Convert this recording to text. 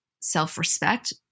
self-respect